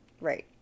Right